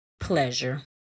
pleasure